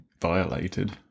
violated